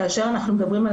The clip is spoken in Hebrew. כאשר אנחנו מדברים על